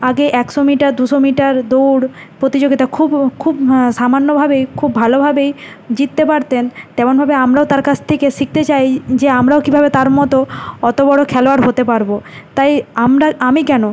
আগে একশো মিটার দুশো মিটার দৌড় প্রতিযোগিতা খুব খুব সামান্যভাবেই খুব ভালোভাবেই জিততে পারতেন তেমনভাবে আমরাও তার কাছ থেকে শিখতে চাই যে আমরাও কীভাবে তার মতো অত বড় খেলোয়াড় হতে পারব তাই আমরা আমি কেন